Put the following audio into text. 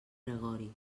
gregori